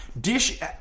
dish